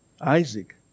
Isaac